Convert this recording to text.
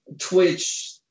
Twitch